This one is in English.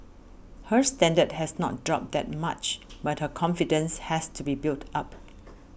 her standard has not dropped that much but her confidence has to be built up